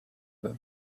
that